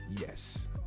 yes